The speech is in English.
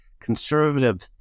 Conservative